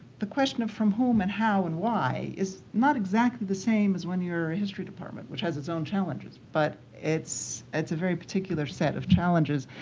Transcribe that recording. the question of from whom and how and why is not exactly the same as when you're history department, which has its own challenges. but it's a very particular set of challenges.